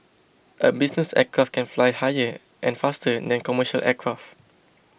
a business aircraft can fly higher and faster than commercial aircraft